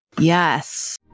Yes